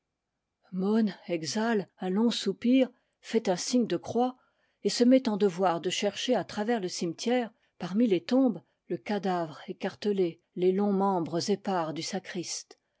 mon exhale un long soupir fait un signe de croix et se met en devoir de chercher à travers le cimetière parmi les tombes le cadavre écartelé les longs membres épars du